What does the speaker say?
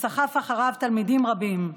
שסחף אחריו תלמידים רבים,